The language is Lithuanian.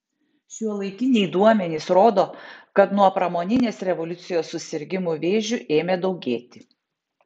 šiuolaikiniai duomenys rodo kad nuo pramoninės revoliucijos susirgimų vėžiu ėmė daugėti